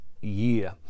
year